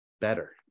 better